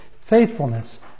faithfulness